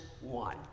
one